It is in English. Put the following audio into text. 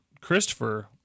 Christopher